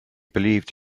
believed